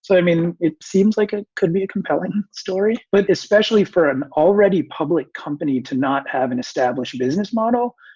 so i mean, it seems like it ah could be a compelling story, but especially for an already public company to not have an established business model.